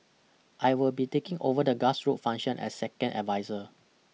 I will be taking over the grassroots function as second adviser